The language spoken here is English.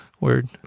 word